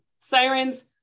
Sirens